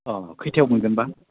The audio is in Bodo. अ खैथायाव मोनगोन बा